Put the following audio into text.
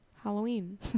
Halloween